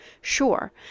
Sure